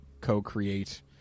co-create